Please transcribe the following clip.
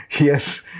Yes